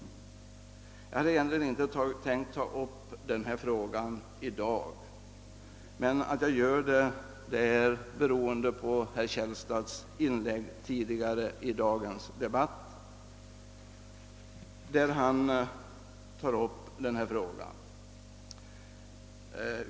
Jag hade inte tänkt att ta upp detta ärende i dag, och att jag gör det nu beror på herr Källstads inlägg tidigare i denna debatt, där han kom in på frågan.